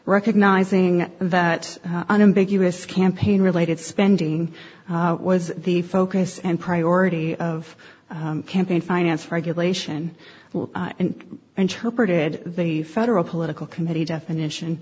recognizing that on a big us campaign related spending was the focus and priority of campaign finance regulation and interpreted the federal political committee definition